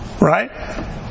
right